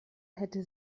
hätte